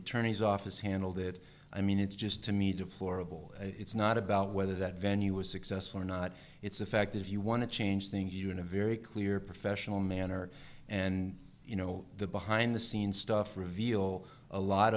attorney's office handled it i mean it's just to me deplorable it's not about whether that venue was successful or not it's a fact if you want to change things univariate clear professional manner and you know the behind the scenes stuff reveal a lot